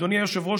אדוני היושב-ראש,